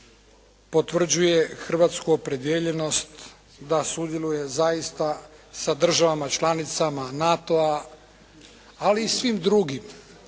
potvrđuje hrvatsku opredijeljenost da sudjeluje zaista sa državama članicama NATO-a ali i svim drugim,